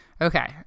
okay